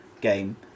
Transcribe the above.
game